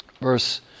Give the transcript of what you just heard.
verse